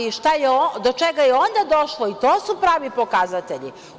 Do čega je onda došlo i to su pravi pokazatelji?